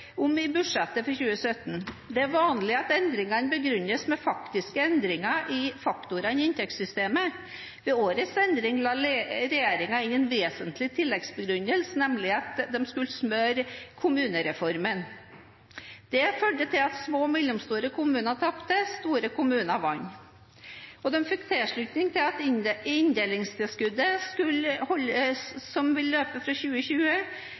om i budsjettet for 2017. Det vanlige er at endringene begrunnes med faktiske endringer i faktorene i inntektssystemet. Ved årets endring la regjeringen inn en vesentlig tilleggsbegrunnelse, nemlig at de skulle smøre kommunereformen. Det førte til at små og mellomstore kommuner tapte, mens store kommuner vant. De fikk også tilslutning til at inndelingstilskuddet som vil løpe fra 2020,